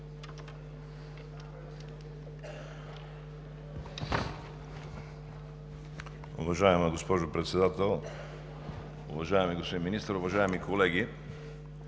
Уважаема госпожо Председател, уважаеми господин Министър, уважаеми колеги!